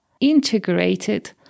integrated